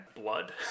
blood